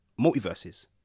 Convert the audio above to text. multiverses